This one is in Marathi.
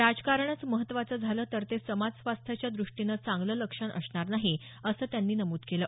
राजकारणंच महत्वाचं झालं तर ते समाज स्वास्थ्याच्या दृष्टीनं चांगलं लक्षण असणार नाही असं त्यांनी नमूद केलं